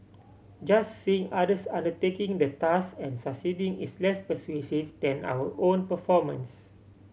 just seeing others undertaking the task and succeeding is less persuasive than our own performance